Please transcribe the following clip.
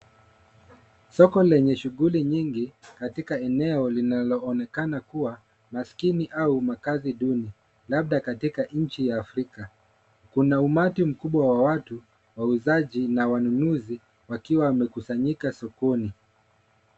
Soko lenye shughuli nyingi katika eneo linaloonekana kuwa maskini au makaazi duni, labda katika nchi ya Afrika. Kuna umati mkubwa wa watu, wauzaji na wanunuzi wakiwa wamekusanyika sokoni.